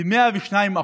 ב-102%.